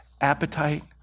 appetite